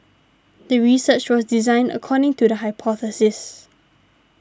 the research was designed according to the hypothesis